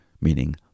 meaning